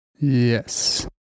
Yes